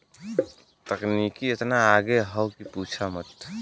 तकनीकी एतना आगे हौ कि पूछा मत